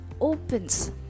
opens